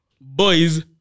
boys